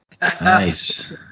Nice